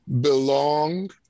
belong